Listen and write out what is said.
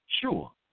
sure